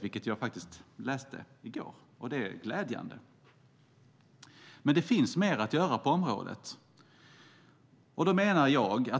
Jag läste det faktiskt i går. Det är glädjande. Men det finns mer att göra på området.